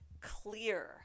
clear